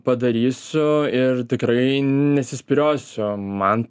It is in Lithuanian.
padarysiu ir tikrai nesispyriosiu man